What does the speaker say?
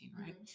right